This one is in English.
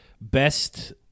best